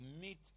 meet